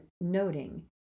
noting